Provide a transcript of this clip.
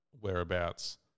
whereabouts